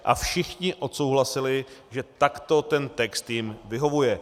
A všichni odsouhlasili, že takto ten text jim vyhovuje.